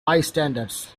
bystanders